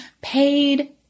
paid